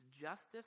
justice